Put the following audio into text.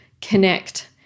connect